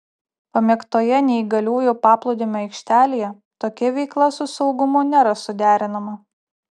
pamėgtoje neįgaliųjų paplūdimio aikštelėje tokia veikla su saugumu nėra suderinama